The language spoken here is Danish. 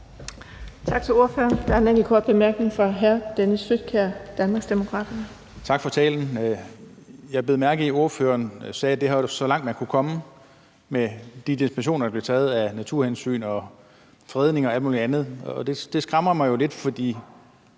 Tak for talen. Jeg bed mærke i, at ordføreren sagde, at det her var så langt, man kunne komme med de dispensationer, der bliver taget i forhold til naturhensyn, fredning og alt muligt andet. Det skræmmer mig jo lidt, for